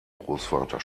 großvater